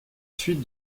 fuite